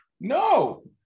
no